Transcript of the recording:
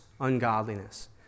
ungodliness